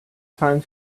time